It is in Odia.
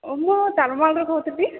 ମୁଁ ତାଲମାଲରୁ କହୁଥିଲି